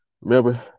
remember